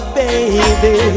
baby